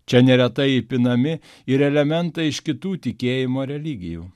čia neretai įpinami ir elementai iš kitų tikėjimų ar religijų